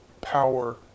power